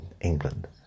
England